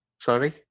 sorry